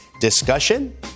discussion